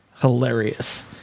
hilarious